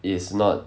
is not